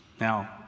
Now